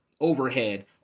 overhead